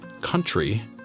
country